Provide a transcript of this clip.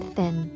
Thin